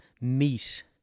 meet